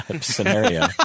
scenario